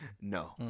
no